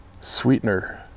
sweetener